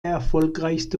erfolgreichste